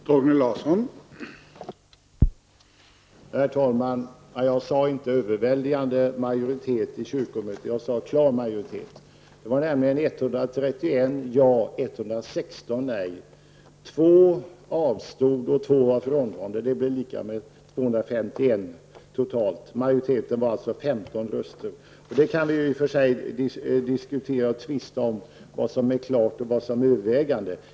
Herr talman! Jag sade inte att det var fråga om en överväldigande majoritet i kyrkomötet, utan jag sade att det var en klar majoritet. Det var nämligen 131 ja och 116 nej. 2 ledamöter avstod och 2 var frånvarande. Detta ger totalt 251 ledamöter. Det blev alltså en majoritet med 15 röster. Vi kan i och för sig diskutera och tvista om vad som skall kallas klart och vad som skall kallas överväldigande.